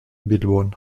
bilbon